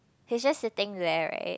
he's just sitting there right